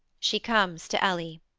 she comes to ellie.